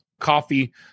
coffee